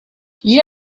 you